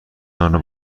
آنرا